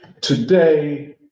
today